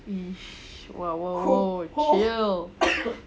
ish !woo! !woo! !woo! chill